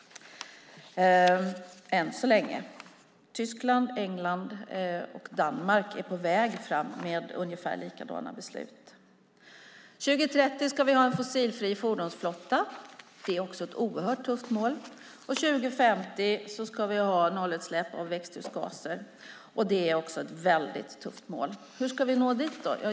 Tyskland, England och Danmark är på väg att fatta ungefär likadana beslut. År 2030 ska vi ha en fossilfri fordonsflotta. Det är också ett oerhört tufft mål. År 2050 ska vi ha nollutsläpp av växthusgaser. Det är också ett väldigt tufft mål. Hur ska vi nå dit?